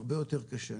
הרבה יותר קשה.